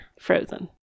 frozen